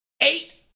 Eight